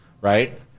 right